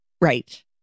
Right